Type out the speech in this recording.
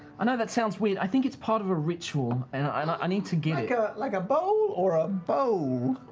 i know that sounds weird. i think it's part of a ritual and i like i need to get it. sam like a bowl or a bowl?